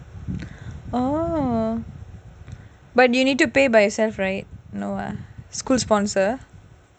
oh but you need to pay by yourself right no ah school sponsor